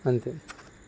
అంతే